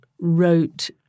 wrote